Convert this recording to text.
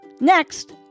next